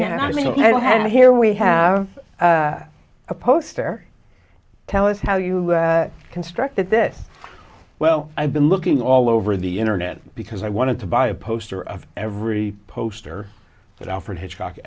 yeah and here we have a poster tell us how you construct that this well i've been looking all over the internet because i wanted to buy a poster of every poster that alfred hitchcock